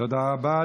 תודה רבה.